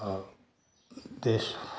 और देश